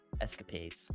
escapades